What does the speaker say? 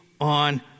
on